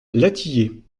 latillé